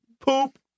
poop